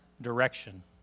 direction